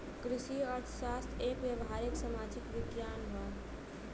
कृषि अर्थशास्त्र एक व्यावहारिक सामाजिक विज्ञान हौ